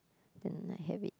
then I have it